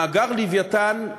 מאגר "לווייתן",